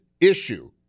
issue